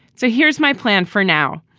so here's my plan for now.